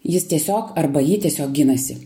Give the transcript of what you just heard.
jis tiesiog arba ji tiesiog ginasi